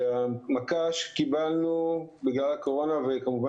זאת מכה שקיבלנו בגלל הקורונה וכמובן